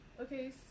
okay